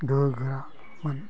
गोहोगोरामोन